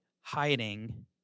hiding